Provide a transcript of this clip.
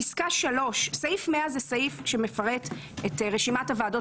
סעיף 100 זה סעיף שמפרט את רשימת הוועדות